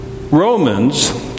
Romans